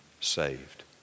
saved